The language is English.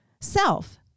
self